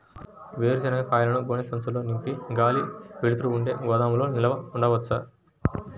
వేరుశనగ కాయలను గోనె సంచుల్లో నింపి గాలి, వెలుతురు ఉండే గోదాముల్లో నిల్వ ఉంచవచ్చా?